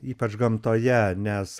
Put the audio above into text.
ypač gamtoje nes